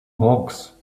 hawks